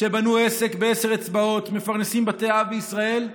שבנו עסק בעשר אצבעות ומפרנסים בתי אב בישראל.